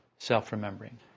Self-remembering